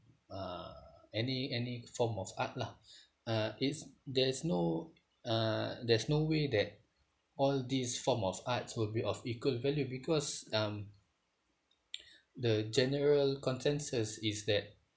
uh any any form of art lah uh it's there is no uh there's no way that all these form of arts will be of equal value because um the general consensus is that